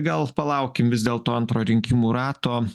gal palaukim vis dėlto antro rinkimų rato